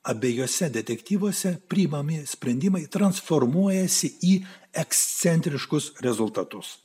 abiejuose detektyvuose priimami sprendimai transformuojasi į ekscentriškus rezultatus